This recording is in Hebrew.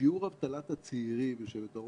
שיעור אבטלת הצעירים, הוא